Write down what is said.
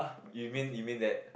you mean you mean that